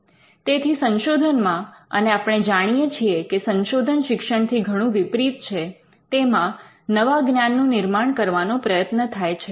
તેથી સંશોધનમાં અને આપણે જાણીએ છીએ કે સંશોધન શિક્ષણથી ઘણું વિપરીત છે તેમાં નવા જ્ઞાનનું નિર્માણ કરવાનો પ્રયત્ન થાય છે